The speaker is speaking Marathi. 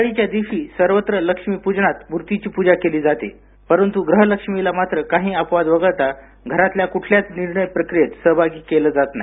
दिवाळीच्या दिवशी सर्वत्र लक्ष्मीप्जनात मूर्तीची पूजा केली जाते परंतू गृह लक्ष्मीला मात्र काही अपवाद वगळता घरातल्या क्रठल्याच निर्णय प्रक्रियेत सहभागी केलं जात नाही